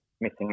missing